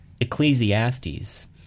Ecclesiastes